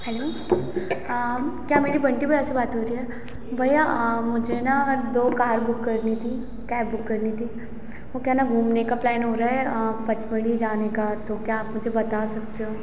hello क्या मेरी बंटी भैया से बात हो रही है भैया मुझे न दो कार बुक करनी थी कैब बुक करनी थी वो क्या है न घूमने का प्लैन हो रहा है पचमढ़ी जाने का तो क्या आप मुझे बता सकते हो